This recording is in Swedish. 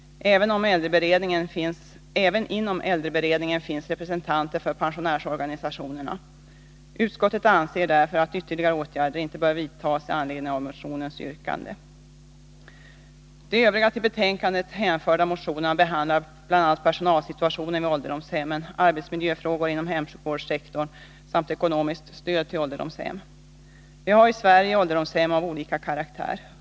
Även inom äldreberedningen finns det representanter för pensionärsorganisationerna. Utskottet anser därför att ytterligare åtgärder inte bör vidtas i anledning av motionsyrkandet. I de övriga till betänkandet hänförda motionerna behandlas bl.a. personalsituationen vid ålderdomshemmen, arbetsmiljöfrågor inom hemsjukvårdssektorn samt ekonomiskt stöd till ålderdomshem. Vi har i Sverige ålderdomshem av olika karaktär.